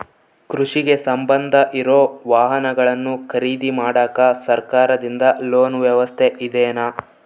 ಕೃಷಿಗೆ ಸಂಬಂಧ ಇರೊ ವಾಹನಗಳನ್ನು ಖರೇದಿ ಮಾಡಾಕ ಸರಕಾರದಿಂದ ಲೋನ್ ವ್ಯವಸ್ಥೆ ಇದೆನಾ?